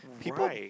people